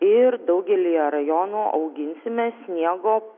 ir daugelyje rajonų auginsime sniego